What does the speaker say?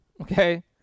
Okay